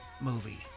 movie